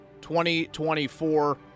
2024